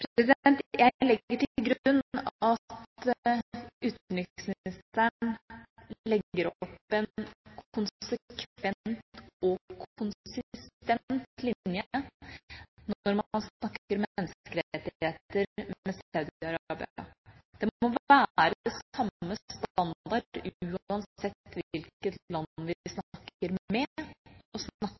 Jeg legger til grunn at utenriksministeren legger opp en konsekvent og konsistent linje når han snakker menneskerettigheter med Saudi-Arabia. Det må være samme standard uansett hvilket land vi snakker med og